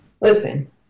Listen